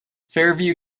fairview